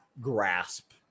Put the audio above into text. grasp